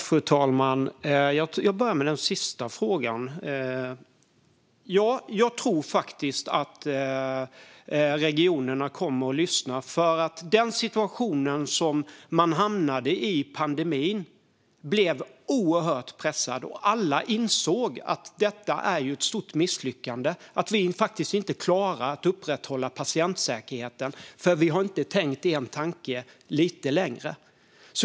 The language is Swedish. Fru talman! Jag börjar med den sista frågan. Ja, jag tror faktiskt att regionerna kommer att lyssna, för de hamnade i en oerhört pressad situation under pandemin. Alla insåg att det var ett stort misslyckande att man inte klarade av att upprätthålla patientsäkerheten på grund av att man inte tänkt lite längre.